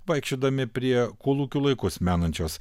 vaikščiodami prie kolūkių laikus menančios